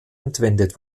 entwendet